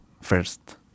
first